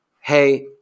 hey